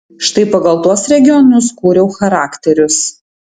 štai pagal tuos regionus kūriau charakterius